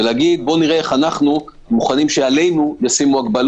ולהגיד: בואו נראה איך אנחנו מוכנים שישימו עלינו הגבלות.